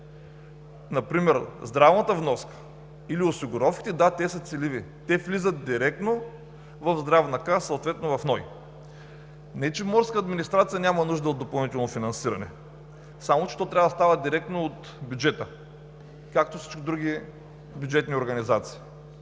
Например здравната вноска или осигуровките – да, те са целеви. Те влизат директно в Здравната каса, съответно в НОИ. Не че „Морска администрация“ няма нужда от допълнително финансиране, само че то трябва да става директно от бюджета, както всички други бюджетни организации.